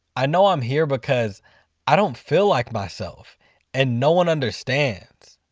i know i'm here because i don't feel like myself and no one understands.